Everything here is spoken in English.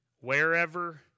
wherever